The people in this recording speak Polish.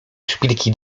szpilki